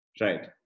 right